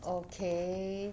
okay